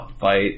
fight